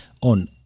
on